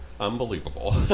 unbelievable